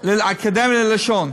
האקדמיה ללשון.